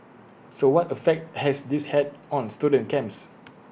so what effect has this had on student camps